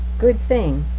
good thing.